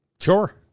Sure